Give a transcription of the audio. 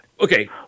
Okay